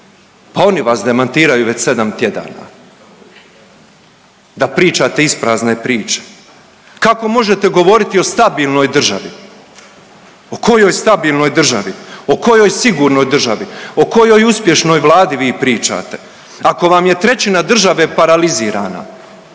Pa oni vas demantiraju već 7 tjedana da pričate isprazne priče. Kako možete govoriti o stabilnoj državi? O kojoj stabilnoj državi? O kojoj sigurnoj državi? O kojoj uspješnoj Vladi vi pričate, ako vam je trećina države paralizirana,